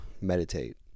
meditate